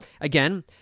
again